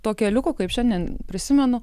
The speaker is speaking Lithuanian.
to keliuko kaip šiandien prisimenu